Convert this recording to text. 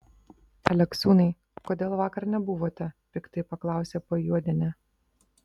aleksiūnai kodėl vakar nebuvote piktai paklausė pajuodienė